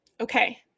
Okay